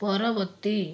ପରବର୍ତ୍ତୀ